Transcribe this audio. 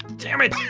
dammit!